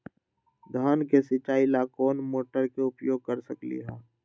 धान के सिचाई ला कोंन मोटर के उपयोग कर सकली ह?